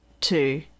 two